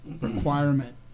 Requirement